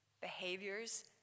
behaviors